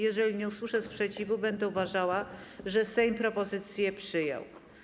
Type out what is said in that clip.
Jeżeli nie usłyszę sprzeciwu, będę uważała, że Sejm propozycję przyjął.